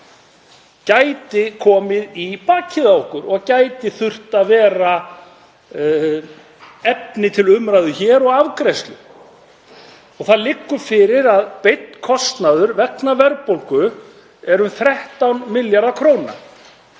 gæti komið í bakið á okkur og gæti verið efni til umræðu hér og afgreiðslu. Það liggur fyrir að beinn kostnaður vegna verðbólgu er um 13 milljarðar kr.,